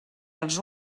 els